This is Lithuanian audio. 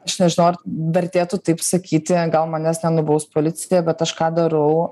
aš nežinau ar vertėtų taip sakyti gal manęs nenubaus policija bet aš ką darau